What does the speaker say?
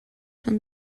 són